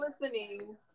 listening